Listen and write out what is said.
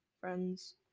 Friends